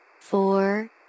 Four